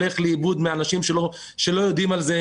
שהולכים לאיבוד כי אנשים לא יודעים על כך.